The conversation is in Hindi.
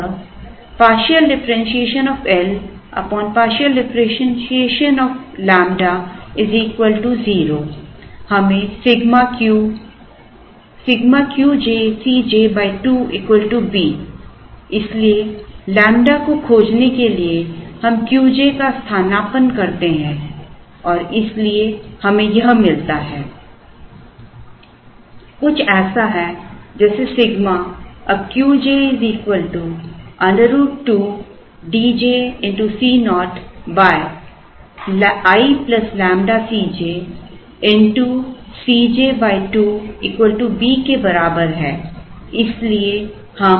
अतः dou L dou lambda 0 हमें Σ Q j C j 2 B इसलिए ƛ को खोजने के लिए हम Q j का स्थानापन्न करते हैं और इसलिए हमें यह मिलता है कुछ ऐसा है जैसे सिग्मा अब Qj √ 2 D j Co i ƛ C j x Cj 2 B के बराबर है